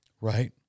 Right